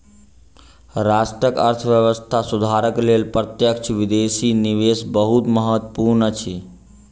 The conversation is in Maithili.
राष्ट्रक अर्थव्यवस्था सुधारक लेल प्रत्यक्ष विदेशी निवेश बहुत महत्वपूर्ण अछि